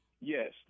Yes